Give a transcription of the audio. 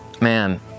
Man